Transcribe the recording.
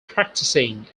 practicing